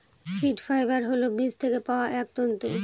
seed fibre হল বীজ থেকে পাওয়া এক তন্তু